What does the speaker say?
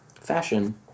fashion